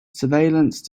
surveillance